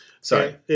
Sorry